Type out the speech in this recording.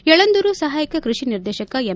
ಯಳಂದೂರು ಸಹಾಯಕ ಕ್ಕ ಪಿನಿರ್ದೇಶಕ ಎಂ